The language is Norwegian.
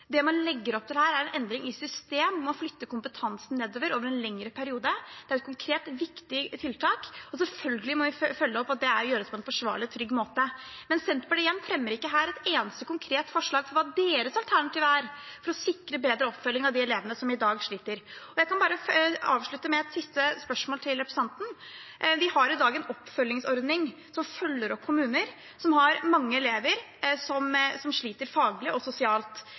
Det man legger opp til her, er en endring i systemet, man flytter kompetansen nedover over en lengre periode. Det er et konkret, viktig tiltak, og selvfølgelig må vi følge opp at det gjøres på en forsvarlig og trygg måte. Men igjen: Senterpartiet fremmer ikke her et eneste konkret forslag, hva deres alternativ er for å sikre bedre oppfølging av de elevene som i dag sliter. Jeg kan bare avslutte med et siste spørsmål til representanten. Vi har i dag en oppfølgingsordning som følger opp kommuner som har mange elever som sliter faglig og sosialt.